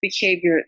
behavior